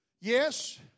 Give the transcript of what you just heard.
Yes